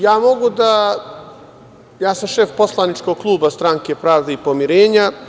Ja sam šef poslaničkog kluba Stranke pravde i pomirenja.